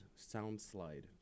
SoundSlide